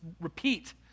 repeat